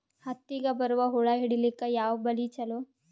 ಹತ್ತಿಗ ಬರುವ ಹುಳ ಹಿಡೀಲಿಕ ಯಾವ ಬಲಿ ಚಲೋ?